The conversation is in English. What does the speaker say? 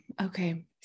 Okay